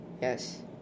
yes